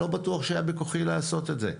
לא בטוח שהיה בכוחי לעשות את זה.